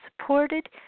supported